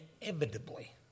inevitably